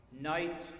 night